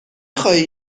خواهی